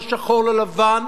לא שחור לא לבן,